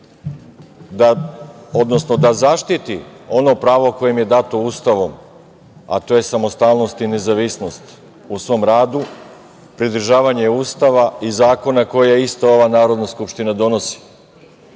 odnosno da zaštiti ono pravo koje im je dato Ustavom, a to je samostalnost i nezavisnost u svom radu, pridržavanje Ustava i zakona koje ista ova Narodna skupština donosi.